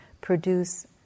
produce